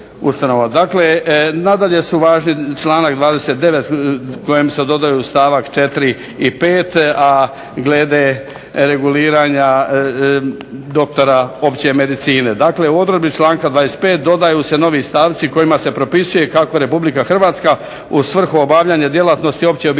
Dakle, nadalje su važni članak 29. kojem se dodaju stavak 4. i 5., a glede reguliranja doktora opće medicine. Dakle, u odredbi članka 25. dodaju se novi stavci kojima se propisuje kako RH u svrhu obavljanja djelatnosti opće obiteljske